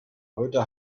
heute